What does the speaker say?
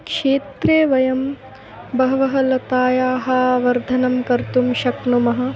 क्षेत्रे वयं बहवः लतायाः वर्धनं कर्तुं शक्नुमः